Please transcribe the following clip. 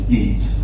eat